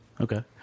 Okay